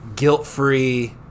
guilt-free